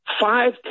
five